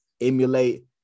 emulate